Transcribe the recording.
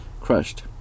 crushed